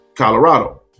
Colorado